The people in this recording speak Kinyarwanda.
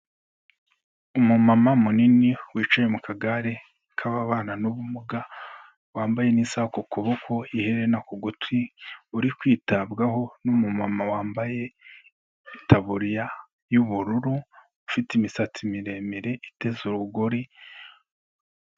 Umumama munini wicaye mu kagare k'ababana n'ubumuga, wambaye n'isaha ku kuboko, iherena ku gutwi uri kwitabwaho n'umumama wambaye itaburiya y'ubururu, ufite imisatsi miremire iteze urugori...